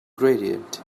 gradient